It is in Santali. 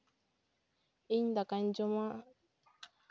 ᱤᱧ ᱫᱟᱠᱟᱧ ᱡᱚᱢᱟ